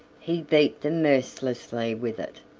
he beat them mercilessly with it.